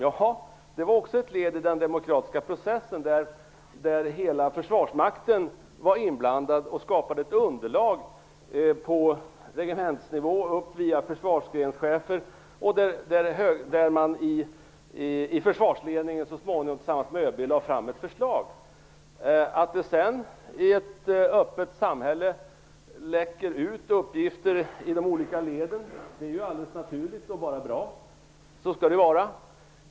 Det var också ett led i den demokratiska processen där hela Försvarsmakten var inblandad och skapade ett underlag på regementsnivå via försvarsgrenschefer, och där man i försvarsledningen så småningom tillsammans med ÖB lade fram ett förslag. Att det sedan i ett öppet samhälle läcker ut uppgifter i de olika leden är alldeles naturligt och bara bra. Så skall det vara.